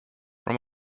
from